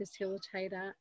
facilitator